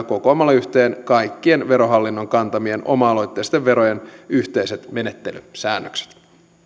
kokoamalla yhteen kaikkien verohallinnon kantamien oma aloitteisten verojen yhteiset menettelyn säännökset